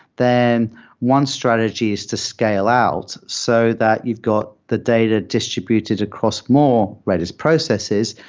then one strategy is to scale out so that you've got the data distributed across more redis processes,